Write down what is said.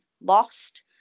lost